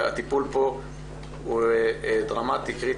הטיפול פה הוא דרמטי וקריטי.